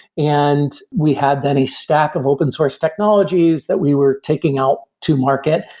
and we have then a stack of open source technologies that we were taking out to market,